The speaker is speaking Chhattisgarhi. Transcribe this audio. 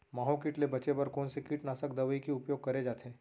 माहो किट ले बचे बर कोन से कीटनाशक दवई के उपयोग करे जाथे?